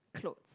clothes